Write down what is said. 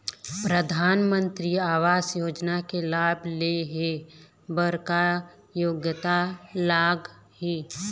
परधानमंतरी आवास योजना के लाभ ले हे बर का योग्यता लाग ही?